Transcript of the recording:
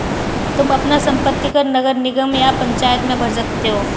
तुम अपना संपत्ति कर नगर निगम या पंचायत में भर सकते हो